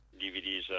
DVDs